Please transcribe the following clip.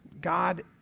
God